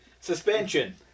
Suspension